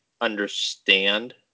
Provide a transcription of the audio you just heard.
understand